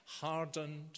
hardened